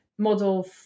Model